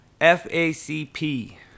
FACP